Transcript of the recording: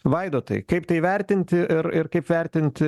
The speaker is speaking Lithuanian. vaidotai kaip tai vertinti ir ir kaip vertinti